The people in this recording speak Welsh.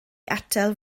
atal